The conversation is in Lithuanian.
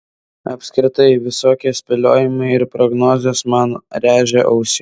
apskritai visokie spėliojimai ir prognozės man rėžia ausį